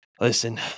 listen